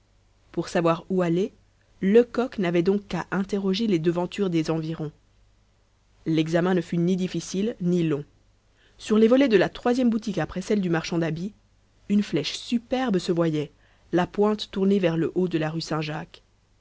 pour savoir où aller lecoq n'avait donc qu'à interroger les devantures des environs l'examen ne fut ni difficile ni long sur les volets de la troisième boutique après celle du marchand d'habits une flèche superbe se voyait la pointe tournée vers le haut de la rue saint-jacques